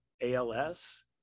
ALS